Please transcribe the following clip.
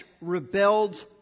rebelled